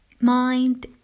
mind